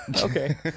Okay